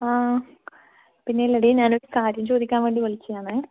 ആ പിന്നെയില്ലേടി ഞാനൊരു കാര്യം ചോദിക്കാന് വേണ്ടി വിളിക്കുകയാണെ